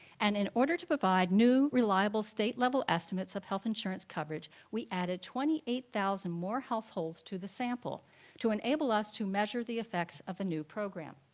and in order to provide new reliable state-level estimates of health insurance coverage, we added twenty eight thousand more households to the sample to enable us to measure the effects of the new program.